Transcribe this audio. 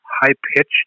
high-pitched